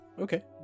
Okay